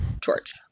george